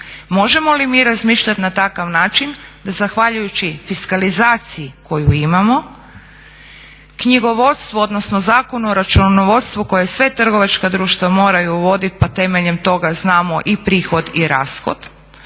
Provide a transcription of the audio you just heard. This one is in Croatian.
Možemo li mi razmišljati na takav način da zahvaljujući fiskalizaciji koju imamo, knjigovodstvo odnosno Zakon o računovodstvu koja sva trgovačka društva moraju uvoditi, pa temeljem toga znamo i prihod i rashod